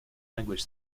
language